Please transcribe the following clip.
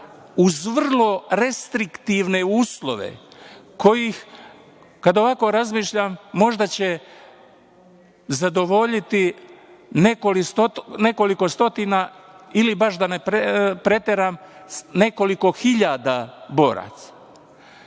uz vrlo restriktivne uslove koji, kada ovako razmišljam, možda će zadovoljiti nekoliko stotina ili baš da ne preteram, nekoliko hiljada boraca. Ovde